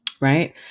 Right